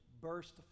burst